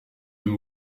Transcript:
deux